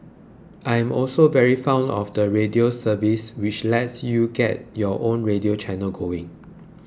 I am also very fond of the radio service which lets you get your own radio channel going